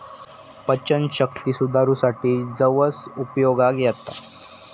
पचनशक्ती सुधारूसाठी जवस उपयोगाक येता